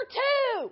two